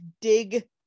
dig